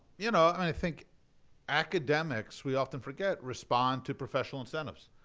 you know, i think academics, we often forget, respond to professional incentives.